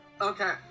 Okay